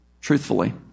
truthfully